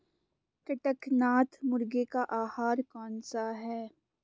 कड़कनाथ मुर्गे का आहार कौन सा है?